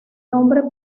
nombre